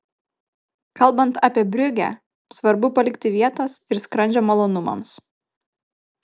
kalbant apie briugę svarbu palikti vietos ir skrandžio malonumams